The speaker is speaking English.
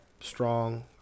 strong